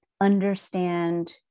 understand